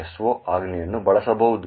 so ಆಜ್ಞೆಯನ್ನು ಬಳಸಬಹುದು